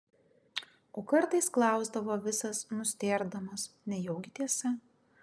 o kartais klausdavo visas nustėrdamas nejaugi tiesa